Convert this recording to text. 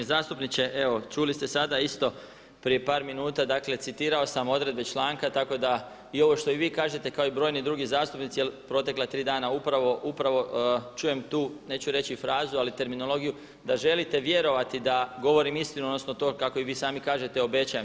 Uvaženi zastupniče, evo čuli ste sada isto prije par minuta dakle, citirao sam odredbe članka tako da i ovo što i vi kažete kao i brojni drugi zastupnici jer protekla tri dana upravo čujem tu neću reći frazu ali terminologiju, da želite vjerovati da govorim istinu odnosno to kako i vi sami kažete obećajem.